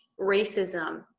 racism